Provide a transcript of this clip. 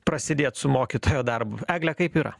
prasidėt su mokytojo darbu egle kaip yra